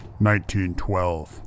1912